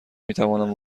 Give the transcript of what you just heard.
میتوانم